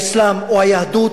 האסלאם או היהדות.